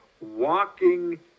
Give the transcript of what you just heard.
walking